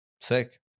Sick